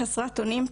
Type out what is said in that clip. חסרת אונים,